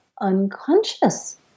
unconscious